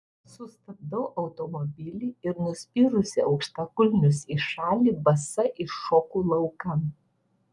sustabdau automobilį ir nuspyrusi aukštakulnius į šalį basa iššoku laukan